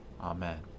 Amen